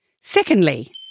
Secondly